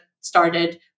started